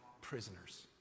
prisoners